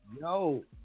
yo